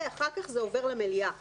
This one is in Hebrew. אחר כך זה עובר למליאה.